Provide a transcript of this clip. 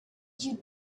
you